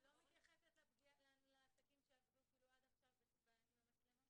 את לא מתייחסת לעסקים שעבדו עד עכשיו עם המצלמות?